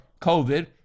COVID